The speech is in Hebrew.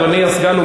אדוני הסגן,